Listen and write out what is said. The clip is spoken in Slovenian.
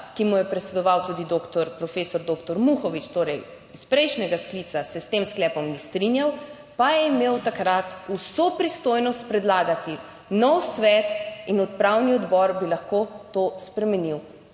ki mu je predsedoval tudi doktor, profesor doktor Muhovič, torej iz prejšnjega sklica, se s tem sklepom ni strinjal, pa je imel takrat vso pristojnost predlagati nov svet in upravni odbor bi lahko to spremenil.